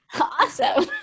Awesome